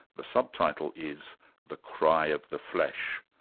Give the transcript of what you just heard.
the sub-title is the cry of the flesh.